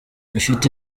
ifite